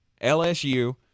lsu